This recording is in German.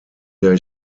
der